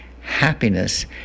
Happiness